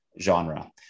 genre